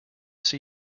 see